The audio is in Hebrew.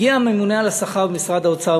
הגיע הממונה על השכר במשרד האוצר,